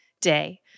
day